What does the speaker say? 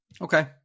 Okay